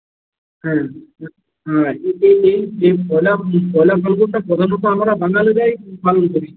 হ্যাঁ হ্যাঁ তো তুই লেখ যে পয়লা পয়লা ফাল্গুনটা প্রধানত আমরা বাঙালিরাই পালন করি